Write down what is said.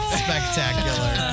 spectacular